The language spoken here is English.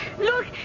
look